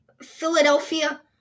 Philadelphia